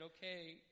okay